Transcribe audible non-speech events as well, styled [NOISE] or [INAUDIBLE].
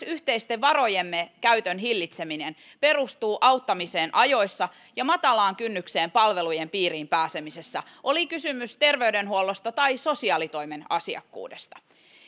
[UNINTELLIGIBLE] yhteisten varojemme käytön hillitseminen perustuu auttamiseen ajoissa ja matalaan kynnykseen palvelujen piiriin pääsemisessä oli kysymys terveydenhuollosta tai sosiaalitoimen asiakkuudesta